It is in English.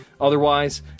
Otherwise